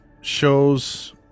shows